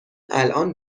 الان